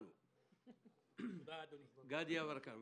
גדי יברקן,